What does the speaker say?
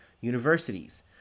universities